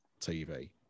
TV